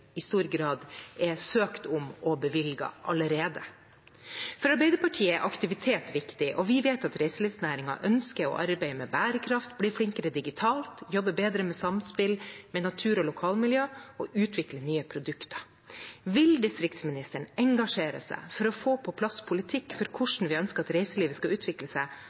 i stor grad er søkt om og bevilget allerede. For Arbeiderpartiet er aktivitet viktig, og vi vet at reiselivsnæringen ønsker å arbeide med bærekraft, bli flinkere digitalt, jobbe bedre med samspill med natur og lokalmiljø og utvikle nye produkter. Vil distriktsministeren engasjere seg for å få på plass politikk for hvordan vi ønsker at reiselivet skal utvikle seg,